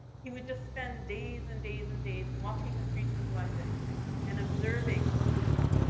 he would just spend days and days and days walking the streets of london and observing people.